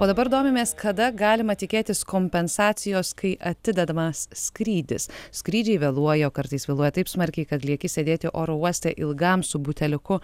o dabar domimės kada galima tikėtis kompensacijos kai atidedamas skrydis skrydžiai vėluoja o kartais vėluoja taip smarkiai kad lieki sėdėti oro uoste ilgam su buteliuku